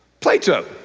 Plato